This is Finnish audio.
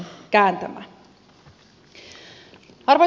arvoisa puhemies